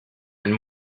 and